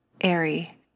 Airy